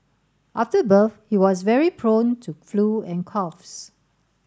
after birth he was very prone to flu and coughs